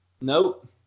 Nope